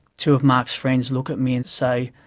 two of mark's friends look at me and say,